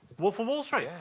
wolf of wall street. yeah